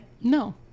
No